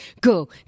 Go